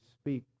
speak